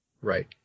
Right